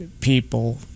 people